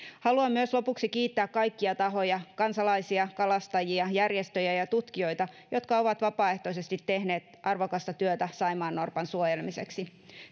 haluan myös lopuksi kiittää kaikkia tahoja kansalaisia kalastajia järjestöjä ja tutkijoita jotka ovat vapaaehtoisesti tehneet arvokasta työtä saimaannorpan suojelemiseksi